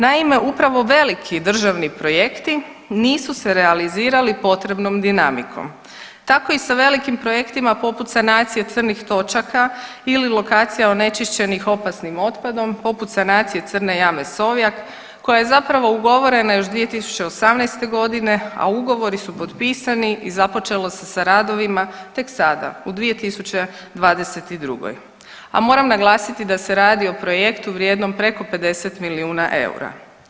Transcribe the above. Naime, upravo veliki državni projekti nisu se realizirali potrebnom dinamikom, tako i sa velikim projektima poput sanacije crnih točaka ili lokacija onečišćenih opasnim otpadom poput sanacije Crne jame Sovjak koja je zapravo ugovorena još 2018.g., a ugovori su potpisani i započelo se sa radovima tek sada u 2022., a moram naglasiti da se radi o projektu vrijednom preko 50 milijuna eura.